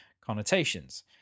connotations